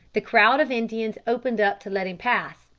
the crowd of indians opened up to let him pass,